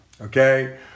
okay